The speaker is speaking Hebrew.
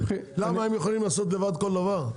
למה, הם יכולים לעשות לבד כל דבר?